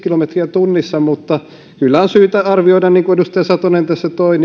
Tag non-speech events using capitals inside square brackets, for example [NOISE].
[UNINTELLIGIBLE] kilometriä tunnissa mutta kyllä on syytä arvioida valiokunnassa niin kuin edustaja satonen tässä toi [UNINTELLIGIBLE]